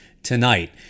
tonight